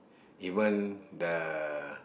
even the